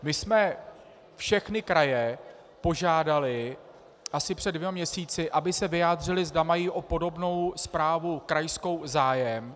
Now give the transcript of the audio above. My jsme všechny kraje požádali asi před dvěma měsíci, aby se vyjádřily, zda mají o podobnou zprávu krajskou zájem.